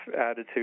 attitude